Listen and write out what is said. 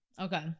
Okay